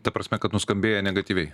ta prasme kad nuskambėję negatyviai